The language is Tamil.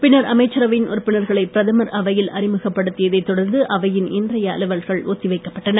பின்னர் அமைச்சரவையின் உறுப்பினர்களை பிரதமர் அவையில் அறிமுகப்படுத்தியதை தொடர்ந்து அவையின் இன்றைய அலுவல்கள் ஒத்தி வைக்கப்பட்டன